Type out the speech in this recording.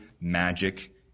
magic